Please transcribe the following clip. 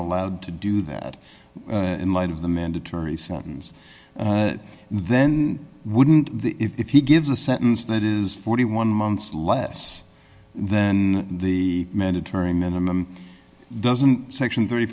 allowed to do that in light of the mandatory sentence then wouldn't the if he gives a sentence that is forty one months less than the mandatory minimum doesn't section th